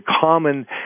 common